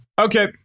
Okay